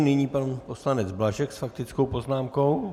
Nyní pan poslanec Blažek s faktickou poznámkou.